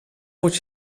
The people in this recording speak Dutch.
moet